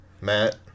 Matt